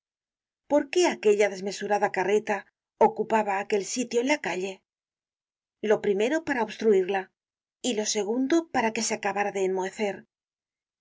por qué aquella desmesurada carreta ocupaba aquel sitio en la calle lo primero para obstruirla y lo segundo para que se acabara de